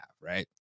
right